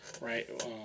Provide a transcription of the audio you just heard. right